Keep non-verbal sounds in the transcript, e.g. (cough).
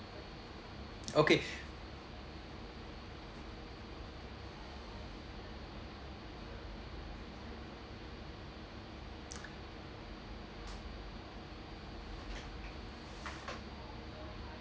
okay (breath)